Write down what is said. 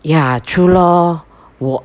ya true lor 我